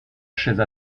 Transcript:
chaise